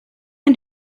and